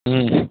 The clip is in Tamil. ம்